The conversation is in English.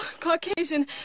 Caucasian